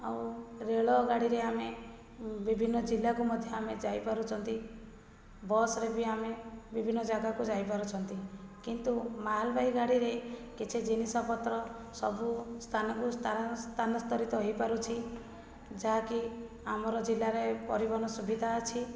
ଆଉ ରେଳଗାଡ଼ିରେ ଆମେ ବିଭିନ୍ନ ଜିଲ୍ଲାକୁ ମଧ୍ୟ ଆମେ ଯାଇପାରୁଛନ୍ତି ବସ୍ରେ ବି ଆମେ ବିଭିନ୍ନ ଜାଗାକୁ ଯାଇପାରୁଛନ୍ତି କିନ୍ତୁ ମାଲବାହୀ ଗାଡ଼ିରେ କିଛି ଜିନିଷପତ୍ର ସବୁ ସ୍ଥାନକୁ ସ୍ଥାନ ସ୍ଥାନାନ୍ତରିତ ହୋଇପାରୁଛି ଯାହାକି ଆମର ଜିଲ୍ଲାରେ ପରିବହନ ସୁବିଧା ଅଛି